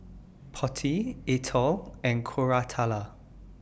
Potti Atal and Koratala